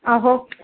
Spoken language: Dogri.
आहो